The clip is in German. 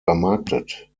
vermarktet